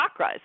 chakras